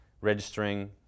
registering